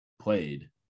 played